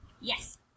Yes